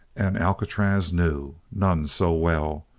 and alcatraz knew, none so well!